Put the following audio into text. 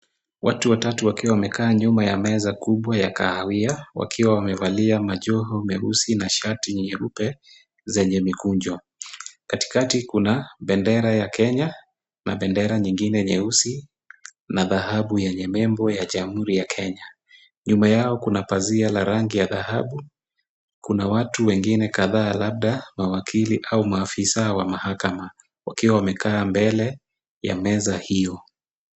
Watu watatu wakiwa wamekaa nyuma ya meza kubwa ya kahawia wakiwa wamevalia majoho meusi na shati nyeupe zenye mikunjo. Katikati kuna bendera ya Kenya na bendera nyingine nyeusi na dhahabu yenye nembo ya jamuri ya Kenya. Nyuma yao kuna pazia la rangi ya dhahabu. Kuna watu wengine kadhaa labda mawakili au maafisa wa mahakama wakiwa wamekaa mbele ya meza hiyo.